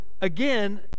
again